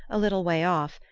a little way off,